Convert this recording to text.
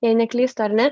jei neklystu ar ne